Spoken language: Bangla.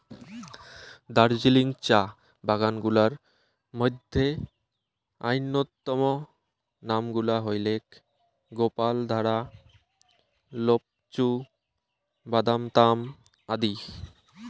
দার্জিলিং চা বাগান গুলার মইধ্যে অইন্যতম নাম গুলা হইলেক গোপালধারা, লোপচু, বাদামতাম আদি